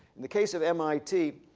in the case of mit,